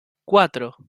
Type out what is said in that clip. cuatro